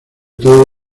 todos